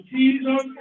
Jesus